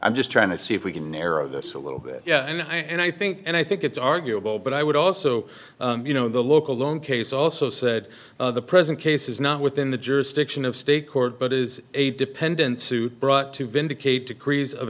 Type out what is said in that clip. i'm just trying to see if we can narrow this a little bit yeah and i think and i think it's arguable but i would also you know the local long case also said the present case is not within the jurisdiction of state court but is a dependent suit brought to vindicate degrees of